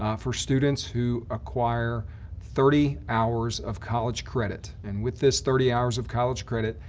ah for students who acquire thirty hours of college credit. and with this thirty hours of college credit,